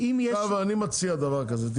עכשיו, אני מציע דבר כזה.